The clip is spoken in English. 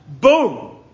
boom